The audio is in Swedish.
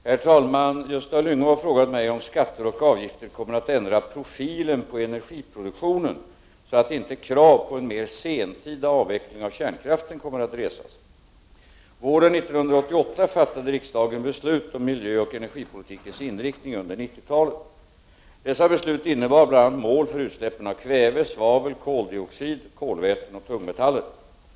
Herr talman! Gösta Lyngå har frågat mig om skatter och avgifter kommer att ändra profilen på energiproduktionen så att inte krav på en mer sentida avveckling av kärnkraften kommer att resas. Våren 1988 fattade riksdagen beslut om miljöoch energipolitikens inriktning under 1990-talet. Dessa beslut innebar bl.a. mål för utsläppen av kväve, svavel, koldioxid, kolväten och tungmetaller.